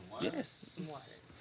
Yes